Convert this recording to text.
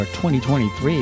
2023